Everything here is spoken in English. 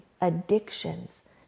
addictions